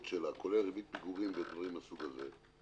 כולל ריבית פיגורים ודברים מן הסוג הזה,